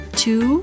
two